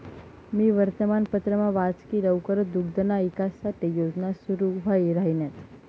मी वर्तमानपत्रमा वाच की लवकरच दुग्धना ईकास साठे योजना सुरू व्हाई राहिन्यात